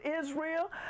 Israel